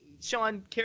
Sean